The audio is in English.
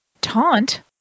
Taunt